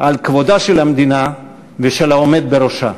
על כבוד המדינה והעומד בראשה.